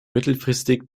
mittelfristig